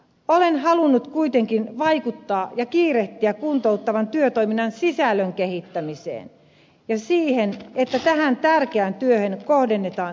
olen halunnut kuitenkin vaikuttaa ja kiirehtiä kuntouttavan työtoiminnan sisällön kehittämiseen ja siihen että tähän tärkeään työhön kohdennetaan riittävä rahoitus